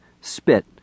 spit